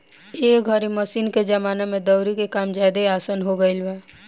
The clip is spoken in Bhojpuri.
एह घरी मशीन के जमाना में दउरी के काम ज्यादे आसन हो गईल बा